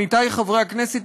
עמיתי חברי הכנסת,